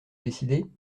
décidé